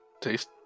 taste